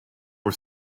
for